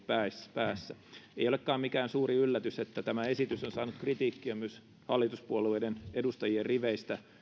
päässä ei olekaan mikään suuri yllätys että tämä esitys on saanut kritiikkiä myös hallituspuolueiden edustajien riveistä